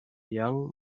young